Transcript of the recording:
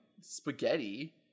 spaghetti